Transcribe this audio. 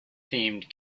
themed